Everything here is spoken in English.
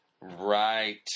Right